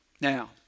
Now